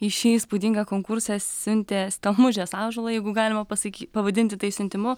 į šį įspūdingą konkursą siuntė stelmužės ąžuolą jeigu galima pasaky pavadinti tai siuntimu